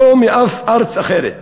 לא מאף ארץ אחרת.